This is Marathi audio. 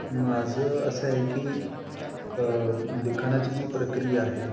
माझं असं आहे की लिखाणाची जी प्रक्रिया आहे